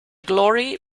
glory